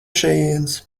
šejienes